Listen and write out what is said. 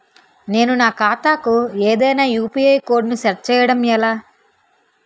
నేను నా ఖాతా కు ఏదైనా యు.పి.ఐ కోడ్ ను సెట్ చేయడం ఎలా?